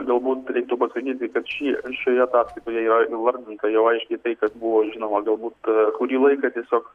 galbūt reiktų pasakyti kad ši šioje ataskaitoje yra įvardinta jau aiškiai tai kas buvo žinoma galbūt kurį laiką tiesiog